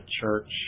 church